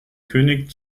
könig